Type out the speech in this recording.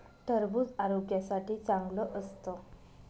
टरबूज आरोग्यासाठी चांगलं असतं